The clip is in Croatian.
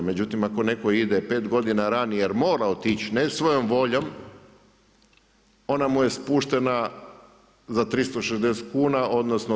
Međutim, ako netko ide 5 godina ranije jer mora otići ne svojom voljom, onda mu je spuštena za 360 kuna, odnosno 20%